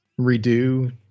redo